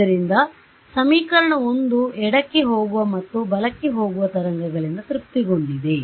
ಆದ್ದರಿಂದ ಸಮೀಕರಣ 1 ಎಡಕ್ಕೆ ಹೋಗುವ ಮತ್ತು ಬಲಕ್ಕೆ ಹೋಗುವ ತರಂಗಗಳಿಂದ ತೃಪ್ತಿಗೊಂಡಿದೆ